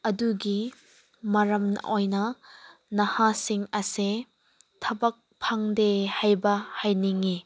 ꯑꯗꯨꯒꯤ ꯃꯔꯝ ꯑꯣꯏꯅ ꯅꯍꯥꯁꯤꯡ ꯑꯁꯦ ꯊꯕꯛ ꯐꯪꯗꯦ ꯍꯥꯏꯕ ꯍꯥꯏꯅꯤꯡꯏ